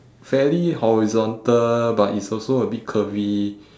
fairly horizontal but it's also a bit curvy